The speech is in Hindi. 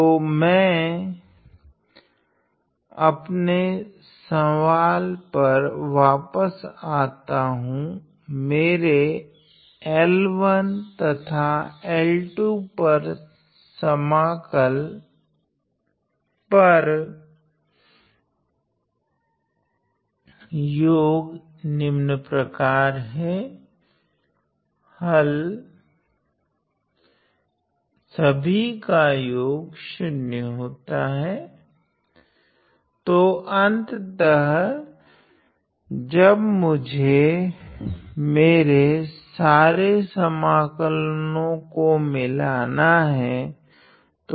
तो मैं अपने सवाल पर वापस आता हूँ मेरे L1 तथा L2 पर समाकलन पर हल तो अंततः जब मुझे सारे समाकलों को मिलना हैं